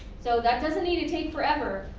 so that doesn't need to take forever,